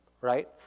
Right